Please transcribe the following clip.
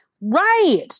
Right